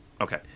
Okay